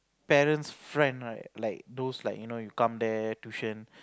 parents' friend right like those like you know you come there tuition